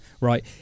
right